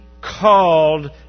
called